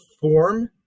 form